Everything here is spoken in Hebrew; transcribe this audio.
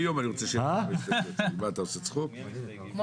על כן לא